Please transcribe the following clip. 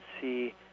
see